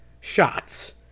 shots